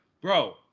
Bro